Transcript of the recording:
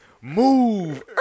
move